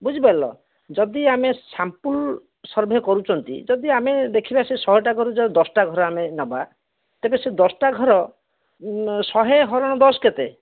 ବୁଝିପାରିଲ ଯଦି ଆମେ ସାମ୍ପୁଲ୍ ସର୍ଭେ କରୁଛନ୍ତି ଯଦି ଆମେ ଦେଖିବା ସେ ଶହେଟା ଘରୁ ଯୋଉ ସେ ଦଶଟା ଘର ଆମେ ନେବା ତେବେ ସେ ଦଶଟା ଘର ଶହେ ହରଣ ଦଶ କେତେ